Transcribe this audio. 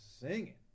singing